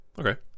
Okay